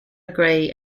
agree